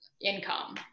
income